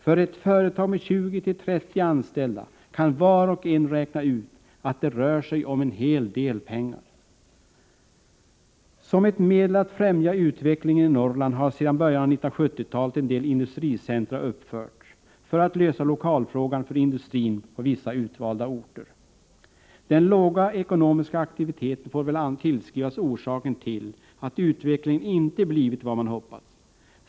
Var och en kan räkna ut att det rör sig om en hel del pengar för ett företag med 20-30 anställda. Som ett medel att främja utvecklingen i Norrland har sedan början av 1970-talet en del industricentra uppförts för att lösa lokalfrågan för industrin på vissa utvalda orter. Den låga ekonomiska aktiviteten får väl anses vara orsaken till att utvecklingen inte blivit vad man hoppats.